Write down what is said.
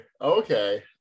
Okay